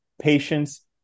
patience